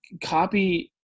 copy